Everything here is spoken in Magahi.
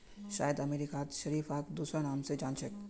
शायद अमेरिकात शरीफाक दूसरा नाम स जान छेक